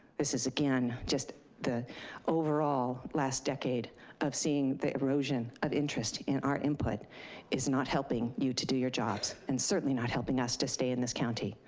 this is again just the overall last decade of seeing the erosion of interest in our input is not helping you to do your jobs. and certainly not helping us to stay in this county.